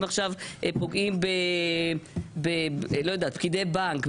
אם פוגעים בפקידי בנק,